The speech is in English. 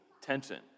tension